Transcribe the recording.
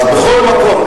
אז בכל מקום,